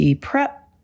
prep